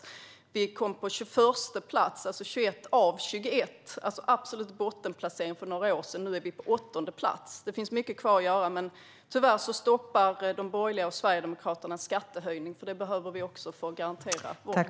För några år sedan kom vi på 21:a och sista plats - alltså en absolut bottenplacering - men nu är vi på 8:e plats. Det finns dock mycket kvar att göra, och tyvärr stoppar de borgerliga och Sverigedemokraterna en skattehöjning, vilket skulle behövas.